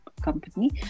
company